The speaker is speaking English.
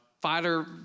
fighter